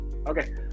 Okay